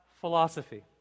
philosophy